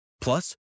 Plus